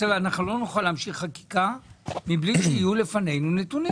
אני רוצה אנחנו לא נוכל להמשיך חקיקה מבלי שיהיו לפנינו נתונים,